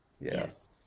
Yes